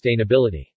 sustainability